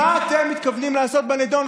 מה אתם מתכוונים לעשות בנדון,